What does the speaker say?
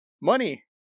Money